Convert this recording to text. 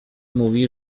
mówi